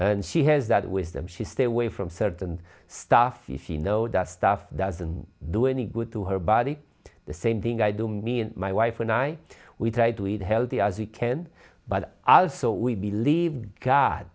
and she has that wisdom she stay away from certain stuff if you know that stuff doesn't do any good to her body the same thing i do me and my wife and i we try to eat healthy as we can but as so we believe